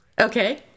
okay